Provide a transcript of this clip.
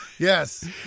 Yes